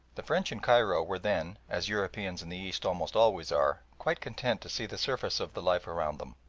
the french in cairo were then, as europeans in the east almost always are, quite content to see the surface of the life around them.